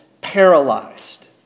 paralyzed